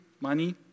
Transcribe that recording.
Money